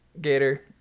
gator